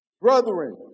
Brethren